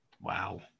Wow